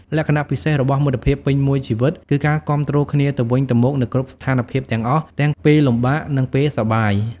លក្ខណៈពិសេសរបស់មិត្តភាពពេញមួយជីវិតគឺការគាំទ្រគ្នាទៅវិញទៅមកនៅគ្រប់ស្ថានភាពទាំងអស់ទាំងពេលលំបាកនិងពេលសប្បាយ។